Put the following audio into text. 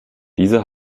diese